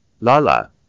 Lala